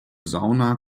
sauna